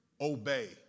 obey